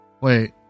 Wait